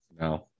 No